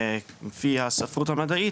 לפי הספרות המדעית,